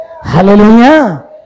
Hallelujah